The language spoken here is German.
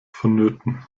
vonnöten